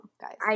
guys